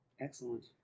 Excellent